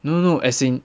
no no no as in